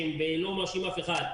ואני לא מאשים אף אחד,